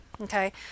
okay